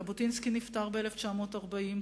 ז'בוטינסקי נפטר ב-1940,